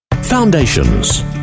Foundations